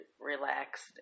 relaxed